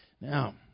Now